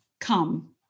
Come